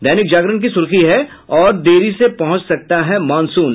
दैनिक जागरण की सुर्खी है और देरी से पहुंच सकता है मॉनसून